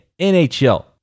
NHL